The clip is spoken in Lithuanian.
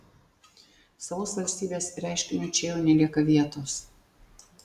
savos valstybės reiškiniui čia jau nelieka vietos